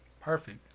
perfect